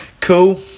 Cool